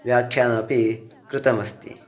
व्याख्यानमपि कृतमस्ति